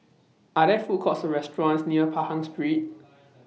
Are There Food Courts Or restaurants near Pahang Street